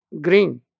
green